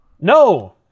No